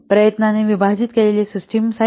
प्रयत्नाने विभाजित केलेले सिस्टम आकार